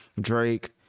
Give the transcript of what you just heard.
Drake